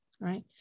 Right